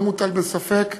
זה לא מוטל בספק.